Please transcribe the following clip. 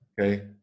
Okay